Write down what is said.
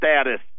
status